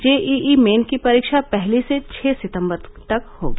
JEE main की परीक्षा पहली से छह सितम्बर तक होगी